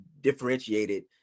differentiated